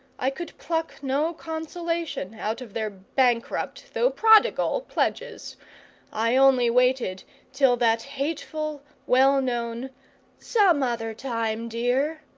i could pluck no consolation out of their bankrupt though prodigal pledges i only waited till that hateful, well-known some other time, dear!